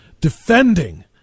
defending